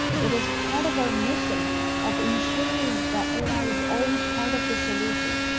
it is part of our mission of ensuring that ai is always part of the solution,